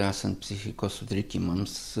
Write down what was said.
esant psichikos sutrikimams